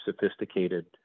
sophisticated